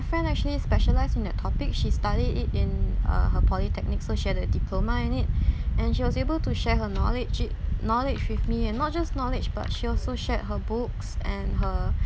friend actually specialise in that topic she studied it in uh her polytechnic so she had a diploma in it and she was able to share her knowledge it knowledge with me and not just knowledge but she also shared her books and her